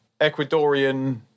Ecuadorian